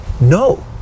no